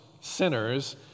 sinners